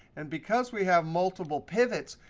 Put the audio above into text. and because we have multiple pivots,